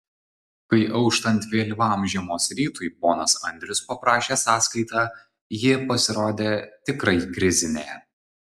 kai auštant vėlyvam žiemos rytui ponas andrius paprašė sąskaitą ji pasirodė tikrai krizinė